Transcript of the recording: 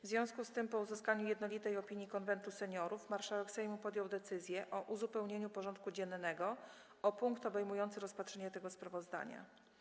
W związku z tym, po uzyskaniu jednolitej opinii Konwentu Seniorów, marszałek Sejmu podjął decyzję o uzupełnieniu porządku dziennego o punkt obejmujący rozpatrzenie tego sprawozdania.